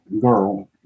girl